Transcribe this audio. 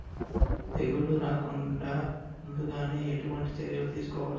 తెగుళ్ల రాకుండ ముందుగానే ఎటువంటి చర్యలు తీసుకోవాలి?